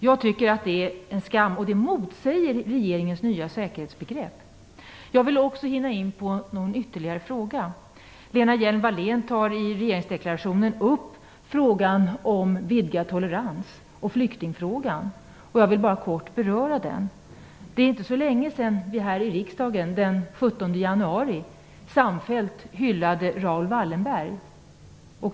Jag tycker att det är en skam, och det motsäger regeringens nya säkerhetsbegrepp. Jag vill också hinna in på någon ytterligare fråga. Lena Hjelm-Wallén tar i regeringsdeklarationen upp frågan om vidgad tolerans och flyktingfrågan. Jag vill kort beröra dem. Det är inte så länge sedan vi här i riksdagen, den 17 januari, samfällt hyllade Raoul Wallenberg.